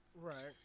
Right